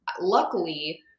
luckily